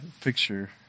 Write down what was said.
picture